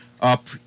up